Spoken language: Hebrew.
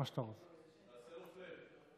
תעשה לו פלאט.